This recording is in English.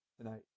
tonight